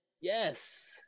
Yes